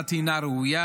המוצעת הינה ראויה,